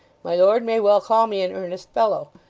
my lord may well call me an earnest fellow.